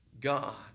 God